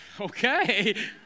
okay